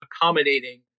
accommodating